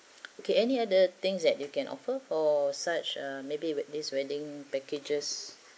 okay any other things that you can offer for such uh maybe with this wedding packages